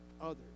others